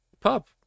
Pop